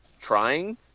trying